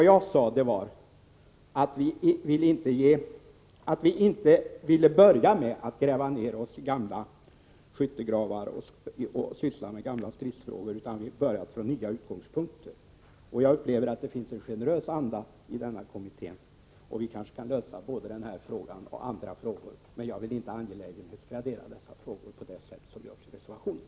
Jag sade att vi inte ville börja med att gräva ner oss i skyttegravar och syssla med gamla stridsfrågor utan börja från nya utgångspunkter. Jag upplever det som att det finns en generös anda i kommittén, och vi kanske kan lösa både den här frågan och andra frågor. Men jag vill inte angelägenhetsgradera dessa frågor på det sätt som görs i reservationen.